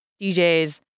DJs